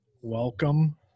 Welcome